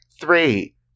three